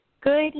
Good